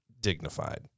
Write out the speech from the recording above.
dignified